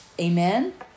Amen